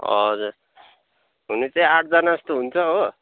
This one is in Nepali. हजुर हुनु चाहिँ आठजना जस्तो हुन्छ हो